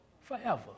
forever